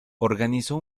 organizó